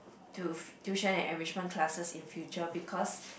to tuition and enrichment classes in future because